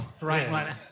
Right